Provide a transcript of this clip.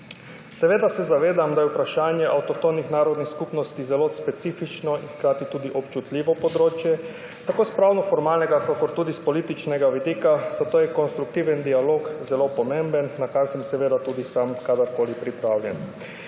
Seveda se zavedam, da je vprašanje avtohtonih narodnih skupnosti zelo specifično in hkrati tudi občutljivo področje tako s formalnopravnega kakor tudi s političnega vidika, zato je konstruktiven dialog zelo pomemben, na kar sem seveda tudi sam kadarkoli pripravljen.